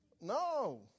No